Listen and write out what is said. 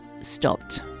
stopped